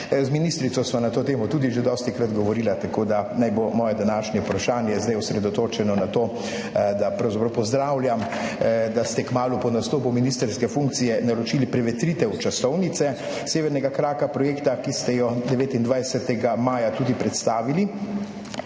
Z ministrico sva na to temo tudi že dostikrat govorila, tako, da naj bo moje današnje vprašanje zdaj osredotočeno na to, da pravzaprav pozdravljam, da ste kmalu po nastopu ministrske funkcije naročili prevetritev časovnice severnega kraka projekta, ki ste jo 29. maja tudi predstavili